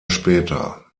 später